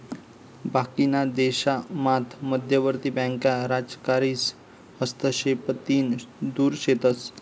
बाकीना देशामात मध्यवर्ती बँका राजकारीस हस्तक्षेपतीन दुर शेतस